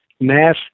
mass